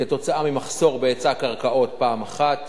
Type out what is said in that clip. כתוצאה ממחסור בהיצע הקרקעות, פעם אחת,